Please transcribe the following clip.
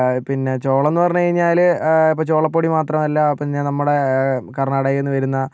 പിന്നേ ചോളമെന്നു പറഞ്ഞു കഴിഞ്ഞാല് ഇപ്പോൾ ചോളപ്പൊടി മാത്രമല്ല പിന്നേ നമ്മുടെ കർണാടകയിൽ നിന്ന് വരുന്ന